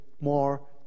more